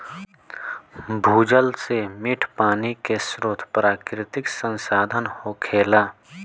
भूजल से मीठ पानी के स्रोत प्राकृतिक संसाधन होखेला